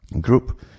Group